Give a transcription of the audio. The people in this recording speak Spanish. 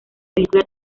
película